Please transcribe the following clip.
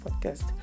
podcast